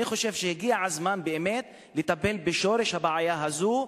אני חושב שהגיע הזמן באמת לטפל בשורש הבעיה הזאת,